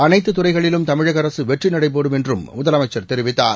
அனைத்து துறைகளிலும் தமிழக அரசு வெற்றிநடைபோடும் என்று முதலமைச்சர் தெரிவித்தார்